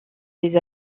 des